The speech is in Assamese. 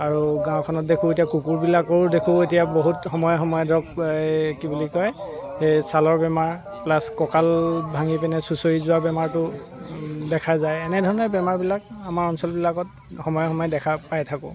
আৰু গাঁওখনত দেখো এতিয়া কুকুৰবিলাকৰো দেখো এতিয়া বহুত সময়ে সময়ে ধৰক এই কি বুলি কয় ছালৰ বেমাৰ প্লাছ ককাল ভাঙিপেনে চুচৰি যোৱা বেমাৰটো দেখা যায় এনেধৰণৰ বেমাৰবিলাক আমাৰ অঞ্চলবিলাকত সময়ে সময়ে দেখা পাই থাকো